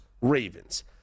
Ravens